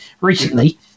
recently